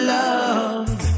love